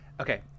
Okay